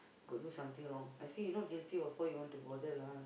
got do something wrong I say you not guilty what for you want to bother lah